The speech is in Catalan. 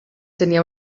tenia